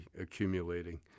accumulating